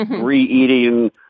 re-eating